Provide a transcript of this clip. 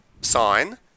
sign